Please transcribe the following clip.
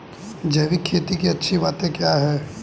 जैविक खेती की अच्छी बातें क्या हैं?